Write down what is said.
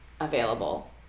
available